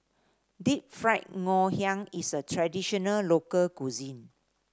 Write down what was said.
Deep Fried Ngoh Hiang is a traditional local cuisine